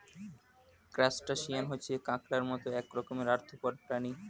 crustacean হচ্ছে কাঁকড়ার মত এক রকমের আর্থ্রোপড প্রাণী